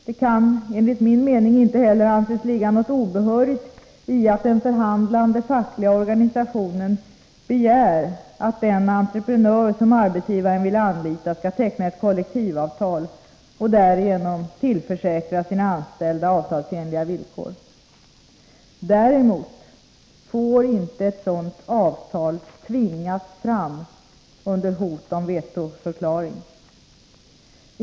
Det kan enligt min mening inte heller anses ligga något obehörigt i att den förhandlande fackliga organisationen begär att den entreprenör som arbetsgivaren vill anlita skall teckna ett kollektivavtal och därigenom tillförsäkra sina anställda avtalsenliga villkor. Däremot får inte ett sådant avtal tvingas fram under hot om vetoförklaring.